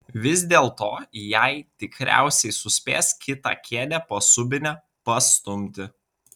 vis dėlto jai tikriausiai suspės kitą kėdę po subine pastumti